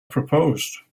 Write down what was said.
proposed